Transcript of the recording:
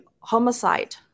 homicide